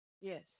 Yes